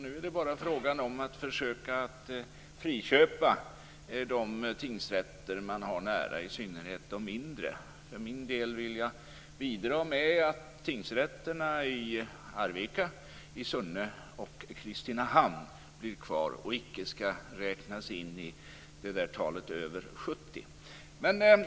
Nu är det bara fråga om att försöka friköpa de tingsrätter som man har nära, i synnerhet de mindre. För min del vill jag bidra till att tingsrätterna i Arvika, Sunne och Kristinehamn blir kvar och icke skall räknas in i det där antalet över 70.